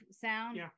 sound